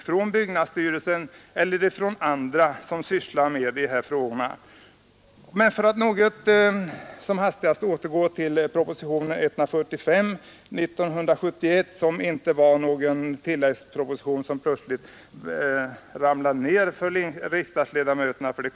Propositionen 145 år 1971 var inte någon tilläggsproposition som plötsligt ramlade ned över riksdagsledamöterna.